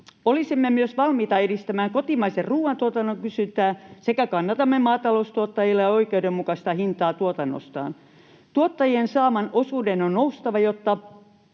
Olisimme myös valmiita edistämään kotimaisen ruoantuotannon kysyntää ja kannatamme maataloustuottajille oikeudenmukaista hintaa tuotannostaan. Tuottajien saaman osuuden on noustava, jos